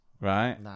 right